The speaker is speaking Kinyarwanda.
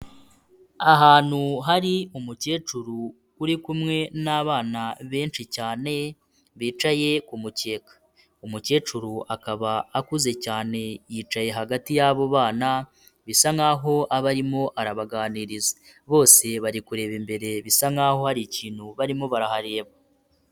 Ahantu hari umukecuru uri kumwe n'abana benshi cyane bicaye ku mukeka. Umukecuru akaba akuze cyane yicaye hagati y'abo bana, bisa nkaho aba arimo arabaganiriza. Bose bari kureba imbere, bisa nkaho hari ikintu barimo barahareba.